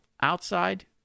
outside